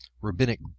rabbinic